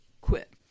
quit